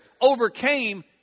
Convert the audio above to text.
overcame